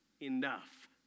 enough